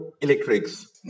electrics